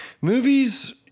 Movies